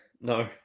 no